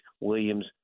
Williams